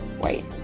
wait